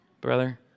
brother